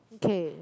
okay